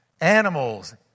animals